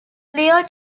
leo